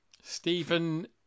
Stephen